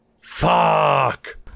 Fuck